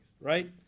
Right